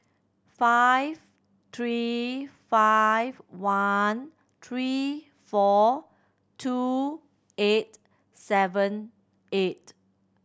five three five one three four two eight seven eight